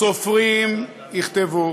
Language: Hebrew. הסופרים יכתבו